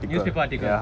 newspaper article